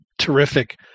terrific